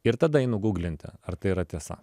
ir tada einu gūglinti ar tai yra tiesa